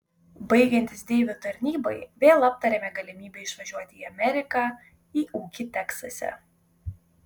baigiantis deivio tarnybai vėl aptarėme galimybę išvažiuoti į ameriką į ūkį teksase